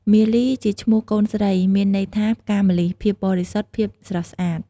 មាលីជាឈ្មោះកូនស្រី មានន័យថាផ្កាម្លិះ ភាពបរិសុទ្ធ ភាពស្រស់ស្អាត។